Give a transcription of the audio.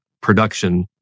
production